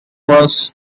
was